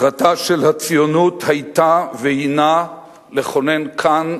מטרתה של הציונות היתה והינה לכונן כאן,